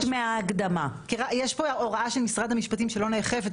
יש פה הוראה של משרד המשפטים שלא נאכפת,